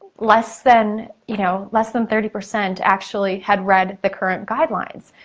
less than you know less than thirty percent actually had read the current guidelines.